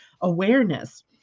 awareness